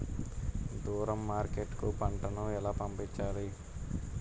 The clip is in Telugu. దూరం మార్కెట్ కు పంట ను ఎలా పంపించాలి?